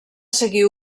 seguir